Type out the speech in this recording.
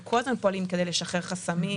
אנחנו כל הזמן פועלים כדי לשחרר חסמים,